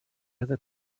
other